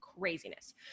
Craziness